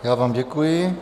Já vám děkuji.